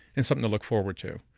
and something to look forward to,